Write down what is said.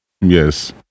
Yes